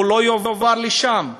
לא יועבר לשם.